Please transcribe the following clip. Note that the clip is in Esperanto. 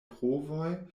provoj